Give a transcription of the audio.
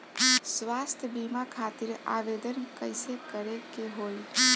स्वास्थ्य बीमा खातिर आवेदन कइसे करे के होई?